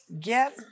get